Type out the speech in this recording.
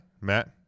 matt